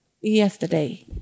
yesterday